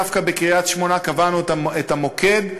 דווקא בקריית-שמונה קבענו את המוקד,